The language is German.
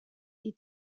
die